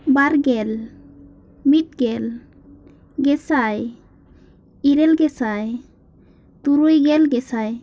ᱵᱟᱨ ᱜᱮᱞ ᱢᱤᱫ ᱜᱮᱞ ᱜᱮᱥᱟᱭ ᱤᱨᱟᱹᱞ ᱜᱮᱥᱟᱭ ᱛᱩᱨᱩᱭ ᱜᱮᱞ ᱜᱮᱥᱟᱭ